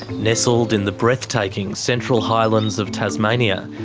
nestled in the breathtaking central highlands of tasmania,